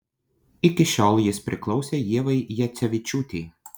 iki šiol jis priklausė ievai jacevičiūtei